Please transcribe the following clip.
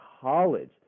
college